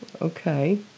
Okay